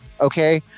okay